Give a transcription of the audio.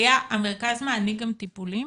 המרכז מעניק גם טיפולים.